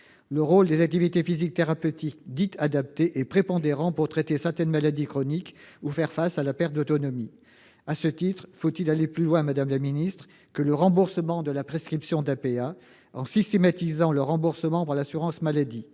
Le rôle des activités physiques thérapeutiques dites adaptées est prépondérant pour traiter certaines maladies chroniques ou faire face à la perte d'autonomie. À ce titre, faut-il aller plus loin, madame la secrétaire d'État, que le remboursement de la prescription d'activité physique adaptée (APA) et systématiser le remboursement par l'assurance maladie